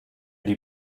die